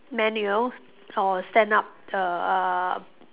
menu or stand up err